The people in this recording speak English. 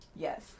Yes